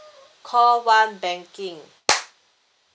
call one banking